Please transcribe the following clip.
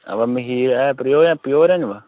अबा मखीर है प्योर ऐ प्योर ऐ निं बा